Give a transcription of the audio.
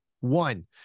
One